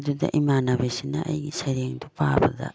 ꯑꯗꯨꯗ ꯏꯃꯥꯟꯅꯕꯤꯁꯤꯅ ꯑꯩꯒꯤ ꯁꯩꯔꯦꯡꯗꯨ ꯄꯥꯕꯗ